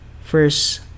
First